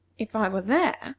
if i were there,